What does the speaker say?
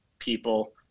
people